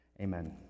Amen